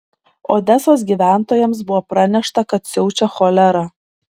odesos gyventojams buvo pranešta kad siaučia cholera